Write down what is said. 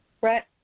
Brett